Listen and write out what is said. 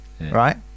Right